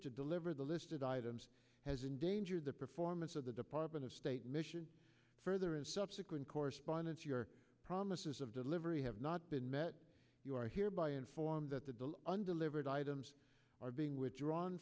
to deliver the listed items has endangered the performance of the department of state mission further in subsequent correspondence your promises of delivery have not been met you are hereby informed that the undelivered items are being withdrawn